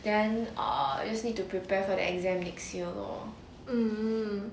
then err just need to prepare for the exam next year lor